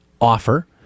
offer